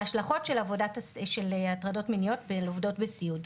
את ההשלכות של הטרדות ופגיעות מיניות בעבודת בסיעוד.